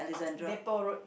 Depot Road